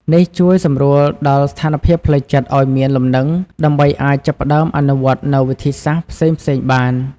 នេះជួយសម្រួលដល់ស្ថានភាពផ្លូវចិត្តឲ្យមានលំនឹង ដើម្បីអាចចាប់ផ្តើមអនុវត្តន៍នូវវិធីសាស្រ្តផ្សេងៗបាន។